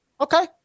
okay